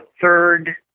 third